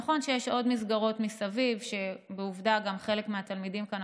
נכון שיש עוד מסגרות מסביב שעובדה שחלק מהתלמידים כאן,